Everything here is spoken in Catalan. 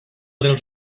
reial